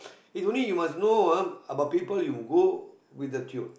is only you must know ah about people you go with the tune